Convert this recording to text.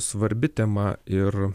svarbi tema ir